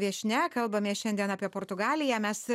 viešnia kalbamės šiandien apie portugaliją mes